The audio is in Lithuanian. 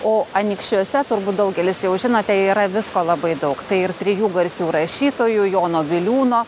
o anykščiuose turbūt daugelis jau žinote yra visko labai daug tai ir trijų garsių rašytojų jono biliūno